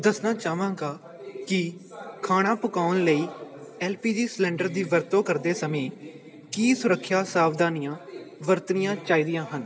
ਦੱਸਣਾ ਚਾਹਵਾਂਗਾ ਕਿ ਖਾਣਾ ਪਕਾਉਣ ਲਈ ਐਲ ਪੀ ਜੀ ਸਿਲੰਡਰ ਦੀ ਵਰਤੋਂ ਕਰਦੇ ਸਮੇਂ ਕੀ ਸੁਰੱਖਿਆ ਸਾਵਧਾਨੀਆਂ ਵਰਤਣੀਆਂ ਚਾਹੀਦੀਆਂ ਹਨ